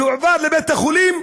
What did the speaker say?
והועבר לבית-החולים,